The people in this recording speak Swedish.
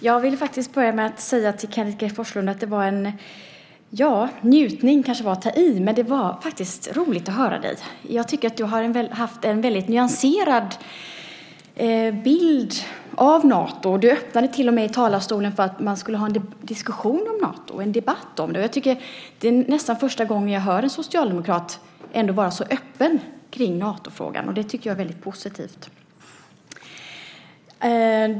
Fru talman! Jag vill börja med att säga till Kenneth G Forslund att det var en njutning - det kanske var att ta i - men det var faktiskt roligt att höra dig. Jag tycker att du har haft en väldigt nyanserad bild av Nato. I talarstolen öppnade du till och med för att man skulle ha en diskussion och debatt om Nato. Det är nästan första gången som jag hör en socialdemokrat vara så öppen i Natofrågan, och det tycker jag är väldigt positivt.